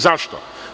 Zašto?